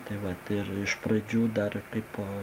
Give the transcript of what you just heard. tai vat ir iš pradžių dar kaipo